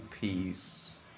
peace